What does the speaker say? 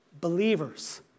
believers